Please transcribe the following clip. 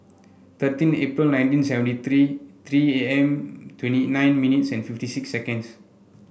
thirteen April nineteen seventy three three A M twenty nine minutes and fifty six seconds